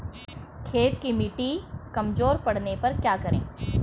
खेत की मिटी कमजोर पड़ने पर क्या करें?